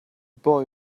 boy